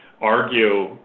argue